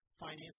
finance